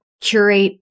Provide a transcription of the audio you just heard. curate